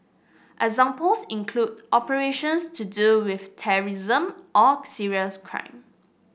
examples include operations to do with terrorism or serious crime